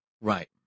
Right